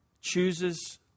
chooses